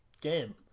game